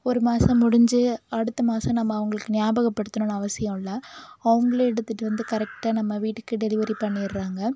ஒரு மாதம் முடிஞ்சு அடுத்த மாதம் நம்ம அவங்களுக்கு ஞாபகப்படுத்தணும்னு அவசியம் இல்லை அவங்களே எடுத்துகிட்டு வந்து கரெக்டாக நம்ம வீட்டுக்கு டெலிவரி பண்ணிடுறாங்க